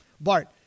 Bart